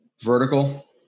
vertical